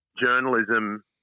Journalism